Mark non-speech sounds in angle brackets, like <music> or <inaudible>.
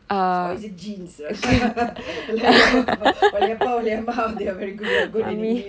or is it genes <laughs> like your valaiyappa valaiyamma they are very good in english